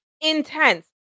Intense